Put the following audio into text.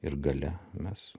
ir gale mes